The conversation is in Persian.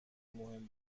مهم